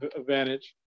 advantage